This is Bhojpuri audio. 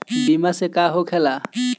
बीमा से का होखेला?